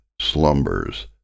slumbers